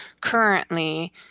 currently